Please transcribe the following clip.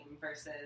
versus